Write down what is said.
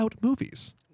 movies